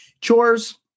chores